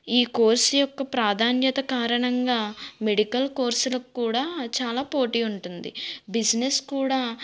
ఈ కోర్స్ యొక్క ప్రాధాన్యత కారణంగా మెడికల్ కోర్సులకు కూడా చాలా పోటీ ఉంటుంది బిజినెస్ కూడా